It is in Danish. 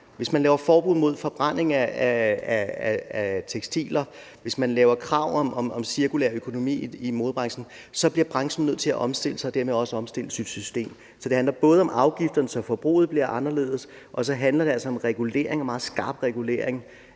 Hvis man laver forbud mod forbrænding af tekstiler, hvis man laver krav om cirkulær økonomi i modebranchen, bliver branchen nødt til at omstille sig og dermed også omstille sit system. Så det handler både om afgifter, så forbruget bliver anderledes, og så handler det altså om regulering,